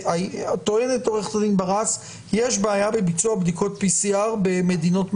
טוענת עורכת הדין ברס שיש בעיה בביצוע בדיקות PCR במדינות מערביות.